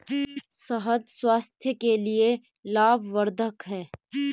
शहद स्वास्थ्य के लिए लाभवर्धक है